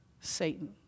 Satan